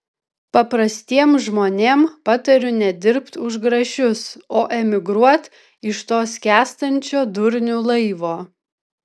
paprastiem žmonėm patariu nedirbt už grašius o emigruot iš to skęstančio durnių laivo